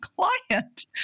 client